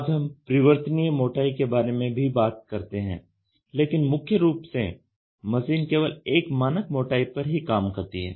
आज हम परिवर्तनीय मोटाई के बारे में भी बात करते हैं लेकिन मुख्य रूप से मशीन केवल एक मानक मोटाई पर ही काम करती है